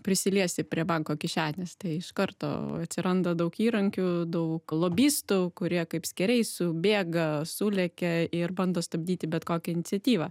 prisiliesi prie banko kišenės tai iš karto atsiranda daug įrankių daug lobistų kurie kaip skėriai subėga sulekia ir bando stabdyti bet kokią iniciatyvą